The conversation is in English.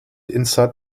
inside